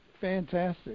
Fantastic